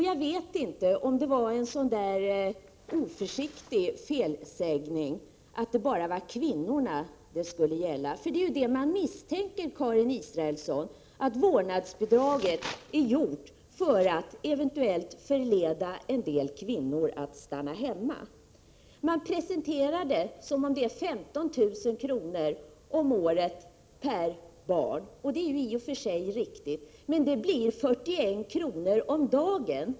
Jag vet inte om det var en oförsiktig felsägning att det bara var kvinnorna det skulle gälla. Man misstänker, Karin Israelsson, att vårdnadsbidraget är gjort för att eventuellt förleda en del kvinnor att stanna hemma. Det presenteras som om det är 15 000 kr. om året per barn. Det är i och för sig riktigt, men det blir 41 kr. om dagen.